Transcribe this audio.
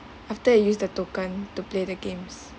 after you use the token to play the games